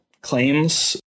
claims